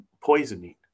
poisoning